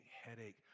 headache